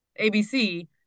ABC